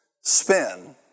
spin